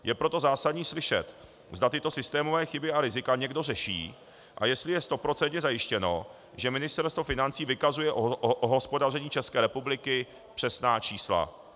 Je proto zásadní slyšet, zda tyto systémové chyby a rizika někdo řeší a jestli je stoprocentně zajištěno, že Ministerstvo financí vykazuje o hospodaření České republiky přesná čísla.